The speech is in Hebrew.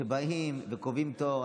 שבאים וקובעים תור.